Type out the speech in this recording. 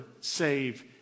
save